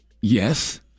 Yes